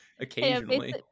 occasionally